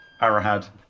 Arahad